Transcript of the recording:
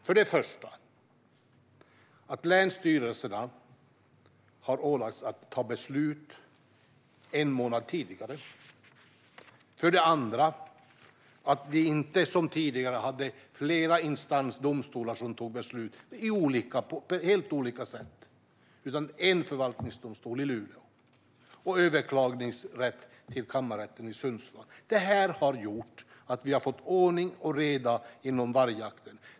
För det första har länsstyrelserna ålagts att ta beslut en månad tidigare. För det andra har vi inte som tidigare flera instansdomstolar som tar beslut på helt olika sätt, utan det är en förvaltningsdomstol i Luleå. Domar där kan överklagas till Kammarrätten i Sundsvall. Detta har gjort att vi har fått ordning och reda inom vargjakten.